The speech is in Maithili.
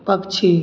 पक्षी